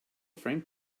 framed